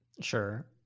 Sure